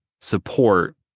support